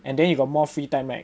and then you got more free time right